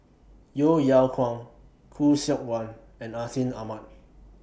Yeo Yeow Kwang Khoo Seok Wan and Atin Amat